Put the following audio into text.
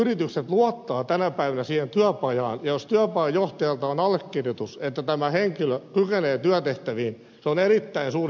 yritykset luottavat tänä päivänä siihen työpajaan ja jos työpajan johtajalta on allekirjoitus että tämä henkilö kykenee työtehtäviin se on erittäin suuri plustekijä